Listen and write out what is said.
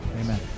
amen